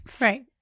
right